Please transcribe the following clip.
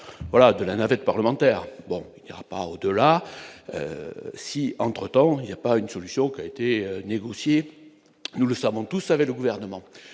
bras de la navette parlementaire, bon il n'y aura pas au-delà si entre temps il y a pas une solution qui a été négocié, nous le savons tous savaient, le gouvernement,